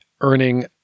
earning